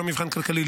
ללא מבחן כלכלי,